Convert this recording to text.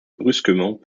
brusquement